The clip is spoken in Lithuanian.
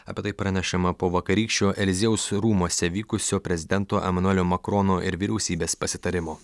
apie tai pranešama po vakarykščio eliziejaus rūmuose vykusio prezidento emanuelio makrono ir vyriausybės pasitarimo